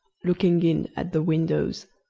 looking in at the windows.